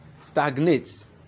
stagnates